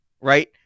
right